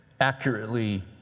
accurately